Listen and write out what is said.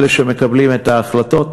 אלה שמקבלים את ההחלטות,